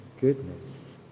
goodness